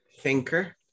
thinker